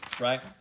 right